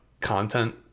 content